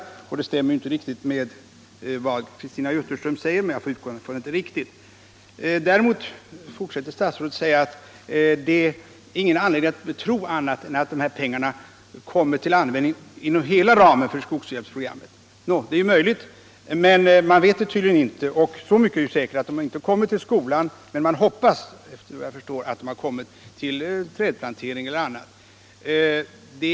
Det stämmer inte riktigt med vad Christina Jutterström säger, men jag får utgå ifrån att det är riktigt. Däremot fortsätter statsrådet och säger att det inte finns anledning att tro annat än att dessa pengar kommer till användning inom hela ramen för skogshjälpsprogrammet. Det är möjligt — men man vet det tydligen inte. Så mycket är säkert att de inte har kommit till skolan, men man hoppas, efter vad jag förstår, att de har kommit att användas till trädplantering eller någonting annat.